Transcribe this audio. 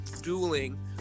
dueling